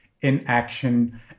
inaction